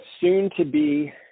soon-to-be